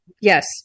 yes